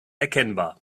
erkennbar